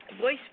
voice